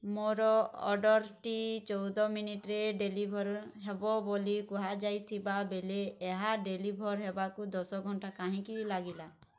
ମୋର ଅର୍ଡ଼ର୍ଟି ଚଉଦ ମିନିଟ୍ରେ ଡେଲିଭର୍ ହେବ ବୋଲି କୁହାଯାଇଥିବା ବେଳେ ଏହା ଡେଲିଭର୍ ହେବାକୁ ଘଣ୍ଟା କାହିଁକି ଲାଗିଲା